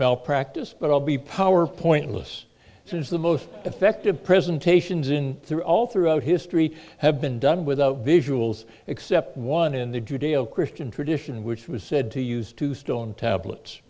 malpractise but i'll be power pointless since the most effective presentations in through all throughout history have been done without visuals except one in the judeo christian tradition which was said to use two stone tablets